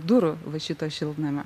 durų va šito šiltnamio